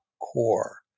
core